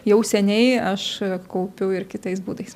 jau seniai aš kaupiu ir kitais būdais